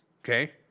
okay